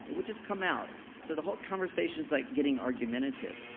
it will just come out so the whole conversation's like getting argumentative,